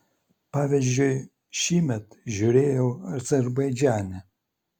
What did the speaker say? pavyzdžiui šįmet žiūrėjau azerbaidžane